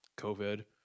COVID